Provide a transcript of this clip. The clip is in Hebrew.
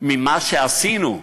ממה שעשינו,